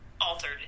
altered